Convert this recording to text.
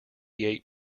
eight